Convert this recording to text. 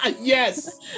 Yes